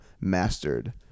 mastered